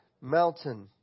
mountain